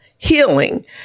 Healing